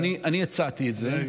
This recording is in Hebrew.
אני הצעתי את זה.